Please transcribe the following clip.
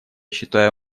считаю